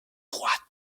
droite